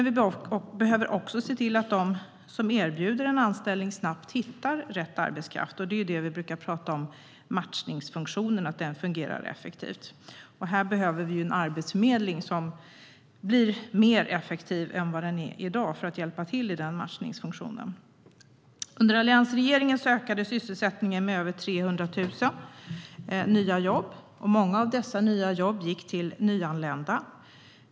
Vi behöver också se till att de som erbjuder en anställning snabbt hittar rätt arbetskraft, det vill säga att matchningsfunktionen fungerar effektivt. Här behöver vi en arbetsförmedling som blir mer effektiv än vad den är i dag för att hjälpa till i matchningsfunktionen. Under alliansregeringen ökade sysselsättningen med över 300 000 nya jobb. Många av dessa nya jobb gick till nyanlända.